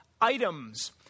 items